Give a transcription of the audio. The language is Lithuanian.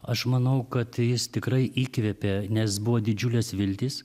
aš manau kad jis tikrai įkvėpė nes buvo didžiulės viltys